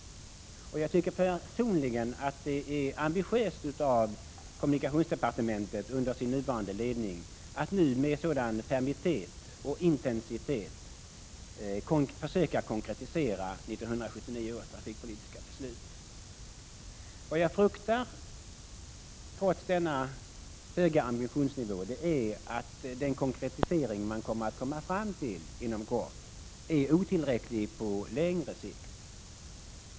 Jag tycker personligen att det är ambitiöst att kommunikationsdepartementet under sin nuvarande ledning med sådan fermitet och intensitet försöker konkretisera 1979 års trafikpolitiska beslut. Vad jag fruktar, trots den höga ambitionsnivån, är att den konkretisering som man inom kort kommer fram till är otillräcklig på längre sikt.